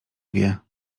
wie